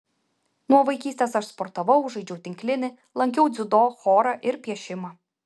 nuo vaikystės aš sportavau žaidžiau tinklinį lankiau dziudo chorą ir piešimą